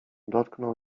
dotknął